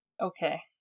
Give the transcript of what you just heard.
Okay